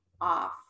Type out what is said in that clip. off